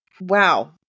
wow